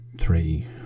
three